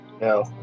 No